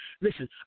Listen